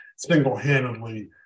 single-handedly